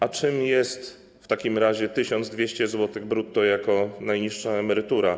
A czym jest w takim razie 1200 zł brutto jako najniższa emerytura?